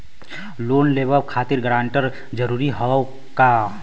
Loan लेवब खातिर guarantor जरूरी हाउ का?